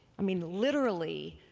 i mean, literally,